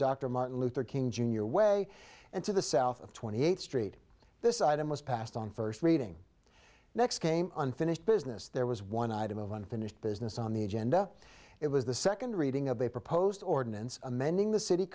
dr martin luther king jr way and to the south of twenty eighth street this item was passed on first reading next came unfinished business there was one item of unfinished business on the agenda it was the second reading of a proposed ordinance amending the city